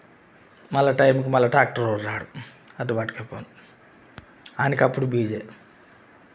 మళ్ళా టైంకి మళ్ళ టాక్టరోడు రాడు వాటిని పట్టుకపోను ఆనికి అప్పుడు బిజీ